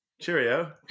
Cheerio